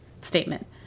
statement